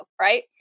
right